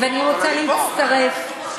ואני רוצה להצטרף לדעתך.